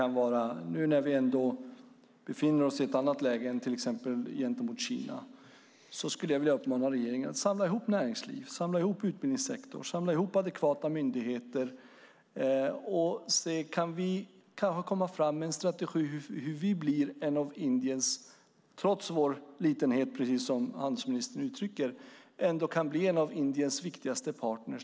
Nu när vi befinner oss i ett annat läge än till exempel gentemot Kina skulle jag vilja uppmana regeringen att samla ihop folk från näringslivet, utbildningssektorn och adekvata myndigheter för att se om vi kanske kan komma fram med en strategi för hur Sverige trots vår litenhet - precis som handelsministern uttrycker sig - kan bli en av Indiens viktigaste partner.